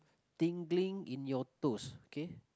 tingling in your toes okay